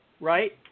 Right